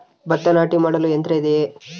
ಭತ್ತ ನಾಟಿ ಮಾಡಲು ಯಂತ್ರ ಇದೆಯೇ?